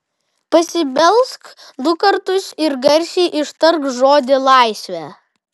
pasibelsk du kartus ir garsiai ištark žodį laisvė